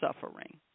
suffering